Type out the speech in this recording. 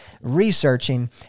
researching